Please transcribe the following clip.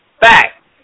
fact